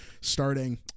starting